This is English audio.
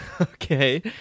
Okay